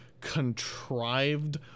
contrived